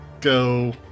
go